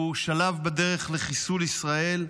הוא שלב בדרך לחיסול ישראל.